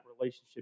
relationship